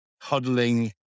huddling